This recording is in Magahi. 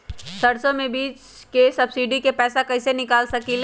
सरसों बीज के सब्सिडी के पैसा कईसे निकाल सकीले?